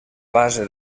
base